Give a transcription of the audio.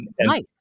Nice